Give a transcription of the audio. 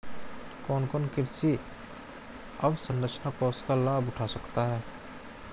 कौन कौन कृषि अवसरंचना कोष का लाभ उठा सकता है?